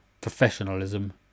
professionalism